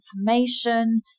information